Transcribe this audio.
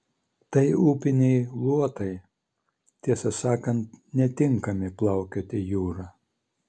tai upiniai luotai tiesą sakant netinkami plaukioti jūra